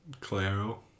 Claro